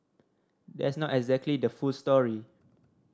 that's not exactly the full story